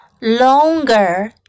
longer